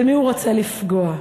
במי הוא רוצה לפגוע.